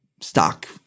stock